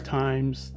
times